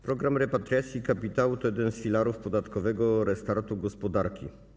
Program repatriacji kapitału to jeden z filarów podatkowego restartu gospodarki.